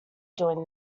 doing